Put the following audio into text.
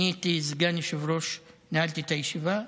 אני כסגן יושב-ראש נעלתי את הישיבה,